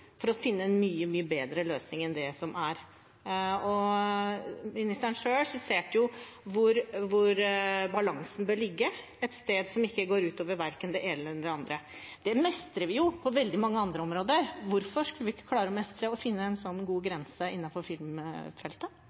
for å finne en mye, mye bedre løsning enn den som er. Ministeren selv skisserte jo hvor balansen bør ligge, et sted som ikke går ut over verken det ene eller det andre. Det mestrer vi på veldig mange andre områder. Hvorfor skulle vi ikke klare å finne en god grense innenfor filmfeltet?